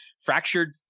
fractured